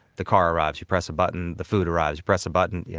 the car arrives. you press a button, the food arrives. press a button, you know,